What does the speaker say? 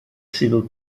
civil